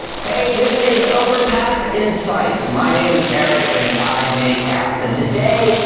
hey. this is overpass insights! my name is eric and i make apps! and today,